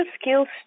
skills